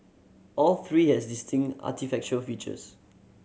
all three have distinct architectural features